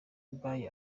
dubai